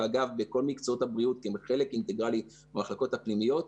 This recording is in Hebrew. ואגב בכל מקצועות הבריאות כי הם חלק אינטגרלי מהמחלקות הפנימיות,